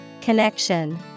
Connection